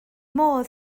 modd